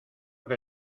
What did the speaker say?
que